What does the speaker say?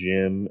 Jim